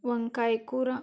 వంకాయ కూర